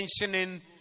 mentioning